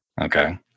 Okay